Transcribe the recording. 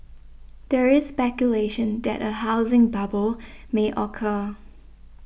there is speculation that a housing bubble may occur